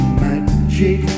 magic